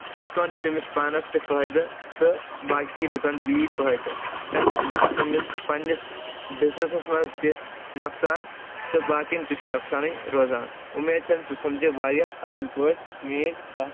یِتھ کَنۍ چھُ تٔمِس پانَس تہِ فٲیِدٕ تہٕ باقی لُکن تہِ ییہِ فٲیدٕ تَمہِ سۭتۍ چھُ تٔمِس پنٕنِس بِزنِسس منٛز تہِ نۄقصان تہٕ باقین تہِ چھُ نۄقصانٕے روزان اُمید چھم سُہ سَمجہِ واریاہ اَصٕل پٲٹھۍ میٲنۍ کَتھ